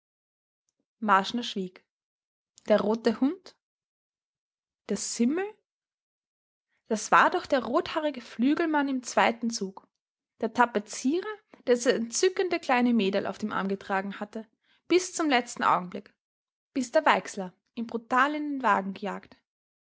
marschner schwieg der rote hund der simmel das war doch der rothaarige flügelmann im zweiten zug der tapezierer der das entzückende kleine mäderl auf dem arm getragen hatte bis zum letzten augenblick bis der weixler ihn brutal in den wagen gejagt